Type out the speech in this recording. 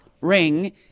ring